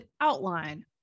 outline